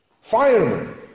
firemen